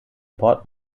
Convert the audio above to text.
port